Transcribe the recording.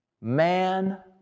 man